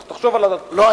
לא,